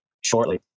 shortly